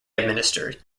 administered